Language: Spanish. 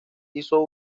hizo